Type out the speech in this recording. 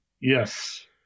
Yes